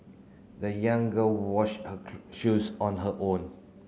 the young girl washed her shoes on her own